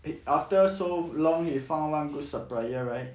after so long he found one good supplier right